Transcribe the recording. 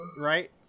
Right